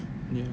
yeah